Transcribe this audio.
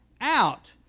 out